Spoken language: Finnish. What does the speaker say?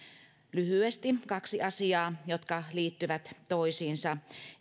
lyhyesti kaksi asiaa jotka liittyvät toisiinsa